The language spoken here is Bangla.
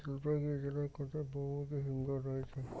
জলপাইগুড়ি জেলায় কোথায় বহুমুখী হিমঘর রয়েছে?